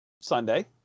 Sunday